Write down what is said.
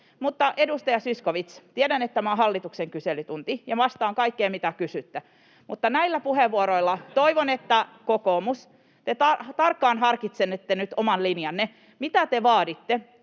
Edustaja Zyskowicz: tiedän, että tämä on hallituksen kyselytunti, ja vastaan kaikkeen, mitä kysytte, mutta näillä puheenvuoroilla toivon, että te, kokoomus, tarkkaan harkitsette nyt oman linjanne. Mitä te vaaditte,